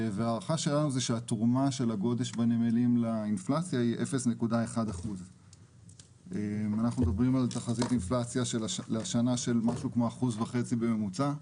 וההערכה שלנו היא שהתרומה של הגודש בנמלים לאינפלציה היא 0.1%. אם אנחנו מדברים על תחזית אינפלציה לשנה על משהו כמו 1.5% בממוצע,